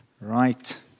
Right